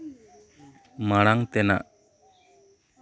ᱢᱟᱲᱟᱝ ᱛᱮᱱᱟᱜ